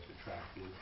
attractive